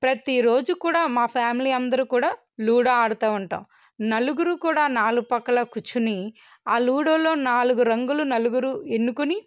ప్రతి రోజు కూడా మా ఫ్యామిలీ అందరు కూడా లూడో ఆడుతు ఉంటాం నలుగురు కూడా నాలుగు పక్కల కూర్చుని ఆ లూడోలో నాలుగు రంగులు నలుగురు ఎన్నుకుని